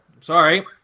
Sorry